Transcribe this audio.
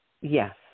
Yes